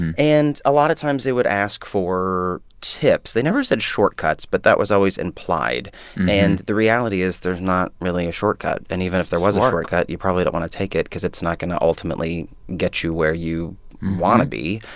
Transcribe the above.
and and a lot of times, they would ask for tips. they never said shortcuts, but that was always implied and the reality is there's not really a shortcut. and even if there was a shortcut, you probably don't want to take it cause it's not going to ultimately get you where you want to be.